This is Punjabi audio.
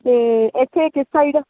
ਅਤੇ ਇੱਥੇ ਕਿਸ ਸਾਈਡ